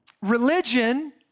Religion